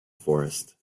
forest